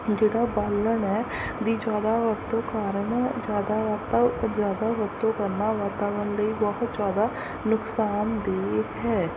ਜਿਹੜਾ ਬਾਲਣ ਹੈ ਦੀ ਜ਼ਿਆਦਾ ਵਰਤੋਂ ਕਾਰਨ ਜ਼ਿਆਦਾ ਵਰਤੋਂ ਜ਼ਿਆਦਾ ਵਰਤੋਂ ਕਰਨਾ ਵਾਤਾਵਰਣ ਲਈ ਬਹੁਤ ਜ਼ਿਆਦਾ ਨੁਕਸਾਨਦੇਹ ਹੈ